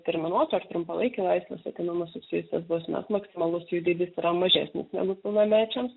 terminuotu ar trumpalaikiu laisvės atėmimu susijusios bausmės maksimalus jų dydis yra mažesnis negu pilnamečiams